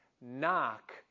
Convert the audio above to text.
knock